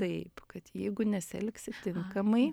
taip kad jeigu nesielgsi tinkamai